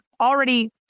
already